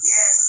Yes